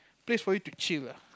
place for you to chill lah